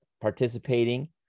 participating